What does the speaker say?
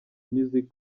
music